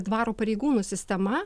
dvaro pareigūnų sistema